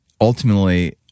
ultimately